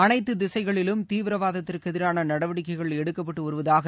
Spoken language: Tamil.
அனைத்து திசைகளிலும் தீவிரவாதத்திற்கு எதிரான நடவடிக்கைகள் எடுக்கப்பட்டு வருவதாக